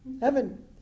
heaven